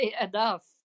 enough